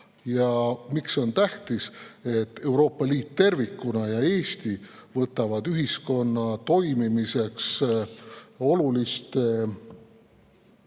see on tähtis? Euroopa Liit tervikuna ja Eesti võtavad ühiskonna toimimiseks oluliste teenuste